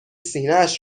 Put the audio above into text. سینهاش